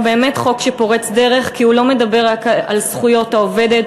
הוא באמת חוק שפורץ דרך כי הוא לא מדבר רק על זכויות העובדת,